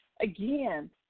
Again